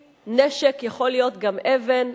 כלי-נשק יכול להיות גם אבן,